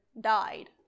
died